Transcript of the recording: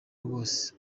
rwose